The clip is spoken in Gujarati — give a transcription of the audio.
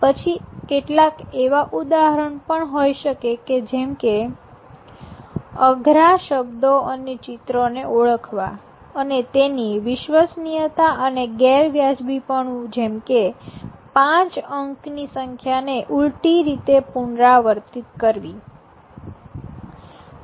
પછી કેટલાક એવા ઉદાહરણ પણ હોય શકે છે જેમકે અઘરા શબ્દો અને ચિત્રો ને ઓળખવા અને તેની વિશ્વસનીયતા અથવા ગેરવ્યાજબીપણું જેમકે પાંચ અંકની સંખ્યા ને ઉલ્ટી રીતે પુનરાવર્તિત કરવી